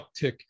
uptick